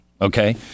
Okay